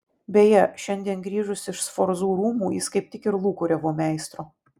beje šiandien grįžus iš sforzų rūmų jis kaip tik ir lūkuriavo meistro